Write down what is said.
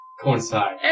coincide